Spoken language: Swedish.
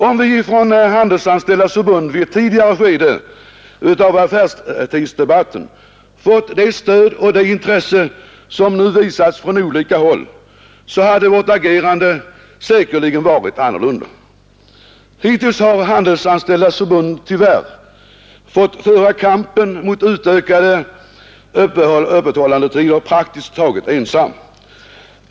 Om vi i Handelsanställdas förbund vid ett tidigare skede av affärstidsdebatten hade fått ett stöd och det intresse som nu visas från olika håll, så hade vårt agerande säkerligen varit annorlunda. Hittills har Handelsanställdas förbund tyvärr fått föra kampen mot utökade öppethållandetider praktiskt taget ensamt.